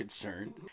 concerned